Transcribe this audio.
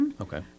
Okay